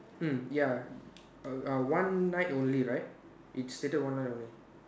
hmm ya err uh one night only right it stated one night only